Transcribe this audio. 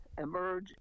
Emerge